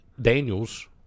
Daniels